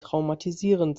traumatisierend